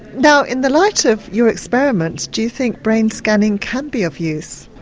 now in the light of your experiments, do you think brain scanning can be of use?